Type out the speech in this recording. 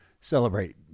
celebrate